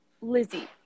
Lizzie